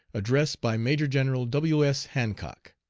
address by major-general w. s. hancock.